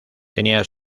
tenía